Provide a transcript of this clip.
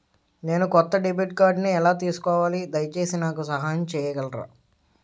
నేను కొత్త డెబిట్ కార్డ్ని ఎలా తీసుకోవాలి, దయచేసి నాకు సహాయం చేయగలరా?